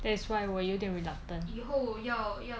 that is why 我有一点 reluctant